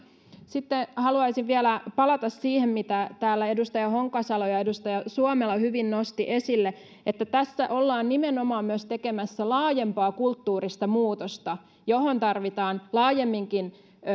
sitten haluaisin vielä palata siihen mitä täällä edustaja honkasalo ja edustaja suomela hyvin nostivat esille että tässä ollaan nimenomaan myös tekemässä laajempaa kulttuurista muutosta johon tarvitaan laajemminkin